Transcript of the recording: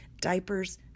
diapers